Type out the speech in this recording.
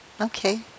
okay